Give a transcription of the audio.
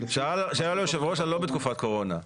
שאל היושב ראש לא בתקופת קורונה.